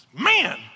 man